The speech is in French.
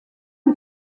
une